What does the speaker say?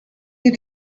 you